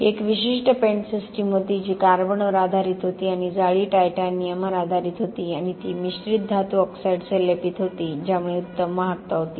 ही एक विशिष्ट paint system होती जी कार्बनवर आधारित होती आणि जाळी टायटॅनियमवर आधारित होती आणि ती मिश्रित धातू ऑक्साईडसह लेपित होती ज्यामुळे उत्तम वाहकता होती